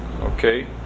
Okay